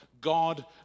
God